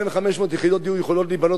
יותר מ-2,500 יחידות דיור יכולות להיבנות מחר,